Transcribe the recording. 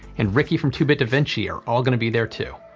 and ricky from two bit davinci are all going to be there too.